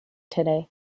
today